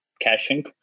caching